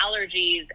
allergies